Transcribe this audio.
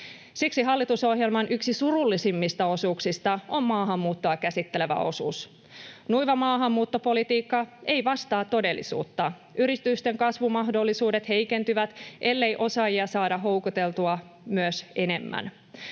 Siksi hallitusohjelman yksi surullisimmista osuuksista on maahanmuuttoa käsittelevä osuus. Nuiva maahanmuuttopolitiikka ei vastaa todellisuutta. Yritysten kasvumahdollisuudet heikentyvät, ellei osaajia saada houkuteltua enemmän.